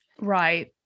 right